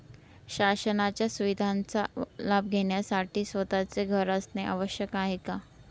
शासनाच्या सुविधांचा लाभ घेण्यासाठी स्वतःचे घर असणे आवश्यक आहे का?